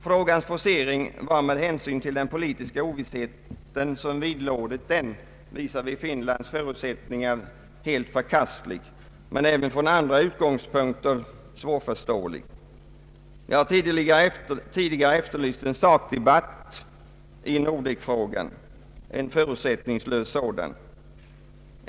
Frågans forcering var, med hänsyn till den politiska ovisshet som vidlådit den visavi Finlands förutsättningar, helt förkastlig men även från andra utgångspunkter svårförståelig. Jag har tidigare efterlyst en förutsättningslös sakdebatt i Nordekfrågan.